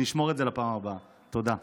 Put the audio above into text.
אני אשמור את זה לפעם הבאה, תודה.